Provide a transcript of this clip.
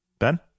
Ben